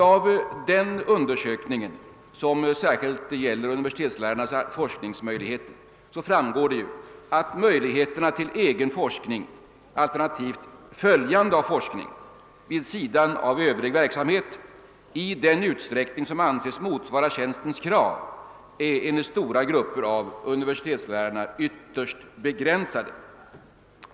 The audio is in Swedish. Av den undersökningen, som särskilt avser universitetslärarnas forskningsmöjligheter, framgår att förutsättningarna för egen forskning, alternativt följande av forskning, vid sidan av övrig verksamhet i den utsträckning, som anses motsvara tjänstens krav, enligt dessa grupper av universitetslärare är ytterst begränsade.